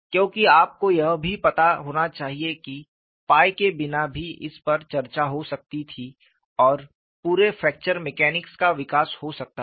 क्योंकि आपको यह भी पता होना चाहिए कि के बिना भी इस पर चर्चा हो सकती थी और पूरे फ्रैक्चर मैकेनिक्स का विकास हो सकता था